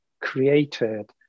created